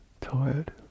Tired